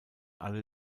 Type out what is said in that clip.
alle